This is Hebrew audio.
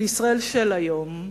בישראל של היום,